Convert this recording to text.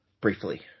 briefly